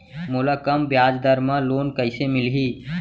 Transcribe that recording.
मोला कम ब्याजदर में लोन कइसे मिलही?